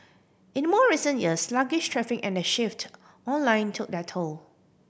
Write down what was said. in more recent years sluggish traffic and the shift online took their toll